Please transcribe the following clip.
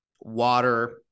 water